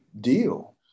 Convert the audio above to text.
deal